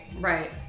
Right